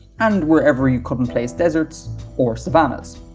and wherever you couldn't place deserts or savannas.